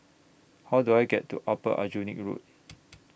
How Do I get to Upper Aljunied Road